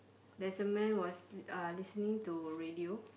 there's a man was uh listening to radio